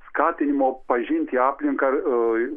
skatinimo pažinti aplinką e